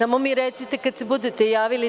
Samo mi recite kada se budete javili.